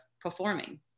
performing